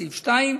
בסעיף 2,